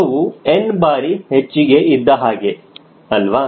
ತೂಕವು n ಬಾರಿ ಹೆಚ್ಚಿಗೆ ಇದ್ದಹಾಗೆ ಅಲ್ವಾ